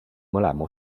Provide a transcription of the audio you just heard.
mõlema